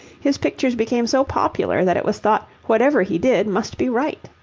his pictures became so popular that it was thought whatever he did must be right.